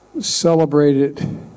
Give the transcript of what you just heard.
celebrated